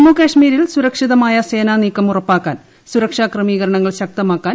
ജമ്മുകാശ്മീരിൽ സുരക്ഷിതമായ സേനാനീക്കം ഉറപ്പാക്കാൻ സുരക്ഷാ ക്രമീകരണങ്ങൾ ശക്തമാക്കാൻ സി